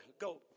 go